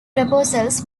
proposals